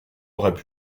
auraient